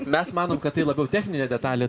mes manom kad tai labiau techninė detalė